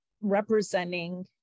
representing